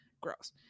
Gross